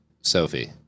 Sophie